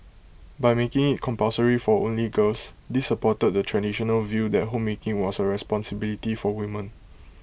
by making IT compulsory for only girls this supported the traditional view that homemaking was A responsibility for women